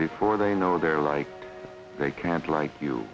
before they know they're like they can't like you